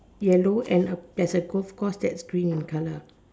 yellow and a there's a golf course that's green in colour